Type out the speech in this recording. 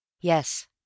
Yes